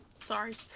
sorry